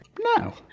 No